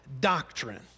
doctrine